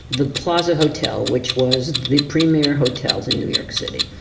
the plaza hotel, which was the premier hotel in new york city,